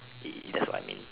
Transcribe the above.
it that's what I mean